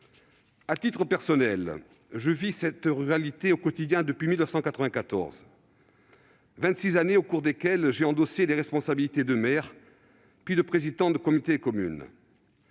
À titre personnel, je vis la ruralité au quotidien depuis 1994 : vingt-six années au cours desquelles j'ai endossé les responsabilités de maire, puis de président de communauté de communes.